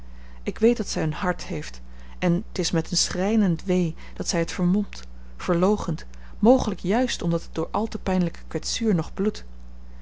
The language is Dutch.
ik weet dat zij een hart heeft en t is met een schrijnend wee dat zij het vermomt verloochent mogelijk juist omdat het door al te pijnlijke kwetsuur nog bloedt